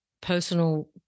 personal